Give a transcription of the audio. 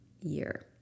year